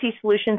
solutions